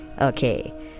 Okay